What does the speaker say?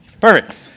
Perfect